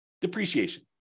depreciation